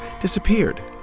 disappeared